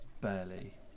barely